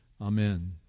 Amen